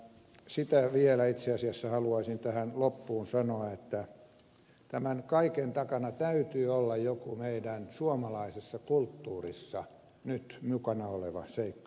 sitä vielä itse asiassa haluaisin tähän loppuun sanoa että tämän kaiken takana täytyy olla joku meidän suomalaisessa kulttuurissa nyt mukana oleva seikka